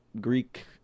Greek